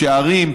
שערים,